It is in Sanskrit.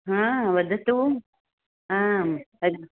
हा वदतु आम् अद्